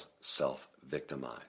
self-victimize